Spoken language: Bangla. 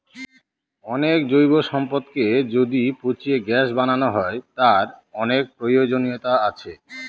অনেক জৈব সম্পদকে যদি পচিয়ে গ্যাস বানানো হয়, তার অনেক প্রয়োজনীয়তা আছে